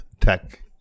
tech